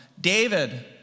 David